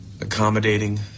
accommodating